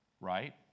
right